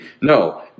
No